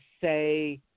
say